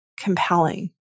compelling